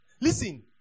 Listen